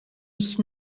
ich